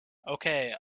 okay